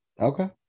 Okay